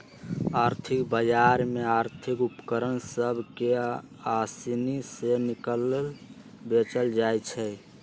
आर्थिक बजार में आर्थिक उपकरण सभ के असानि से किनल बेचल जाइ छइ